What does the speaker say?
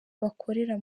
bakorera